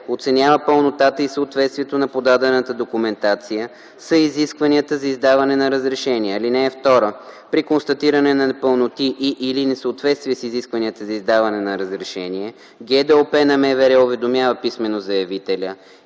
оценява пълнотата и съответствието на подадената документация с изискванията за издаване на разрешение. (2) При констатиране на непълноти и/или несъответствия с изискванията за издаване на разрешение ГДОП на МВР уведомява писмено заявителя